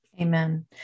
Amen